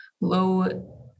low